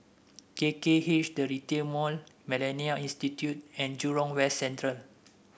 K K H The Retail Mall MillenniA Institute and Jurong West Central